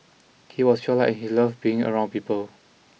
he was well liked he loved being around people